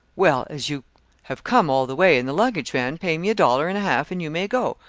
well, as you have come all the way in the luggage-van, pay me a dollar and a half and you may go.